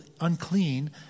unclean